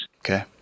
Okay